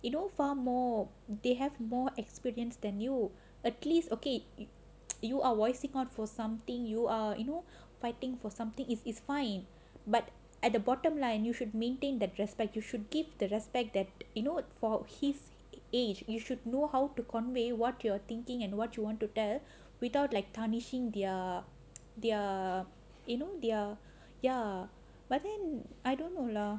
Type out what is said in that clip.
you know far more they have more experience than you at least okay you are voicing out for something you are you know fighting for something it's it's fine but at the bottom line you should maintain that respect you should give the respect that you know for his age you should know how to convey what you're thinking and what you want to tell without like punishing they're they're you know they're ya but then I don't know lah